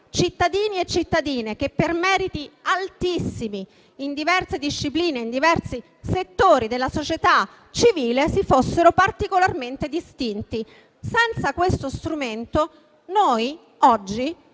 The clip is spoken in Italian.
cittadini e cittadine che per meriti altissimi, in diverse discipline e in diversi settori della società civile, si fossero particolarmente distinti. Senza questo strumento noi oggi